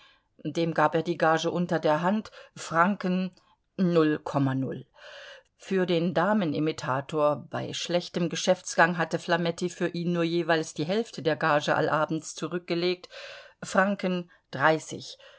dem gab er die gage unter der hand für den damenimitator bei schlechtem geschäftsgang hatte flametti für ihn nur jeweils die hälfte der gage allabends zurückgelegt